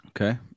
Okay